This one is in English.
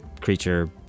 creature